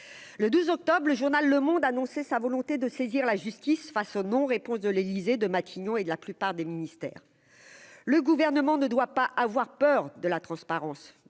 le 12 octobre le journal Le Monde annoncé sa volonté de saisir la justice face aux non-réponse de l'Élysée, de Matignon et de la plupart des ministères, le gouvernement ne doit pas avoir peur de la transparence,